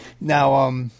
Now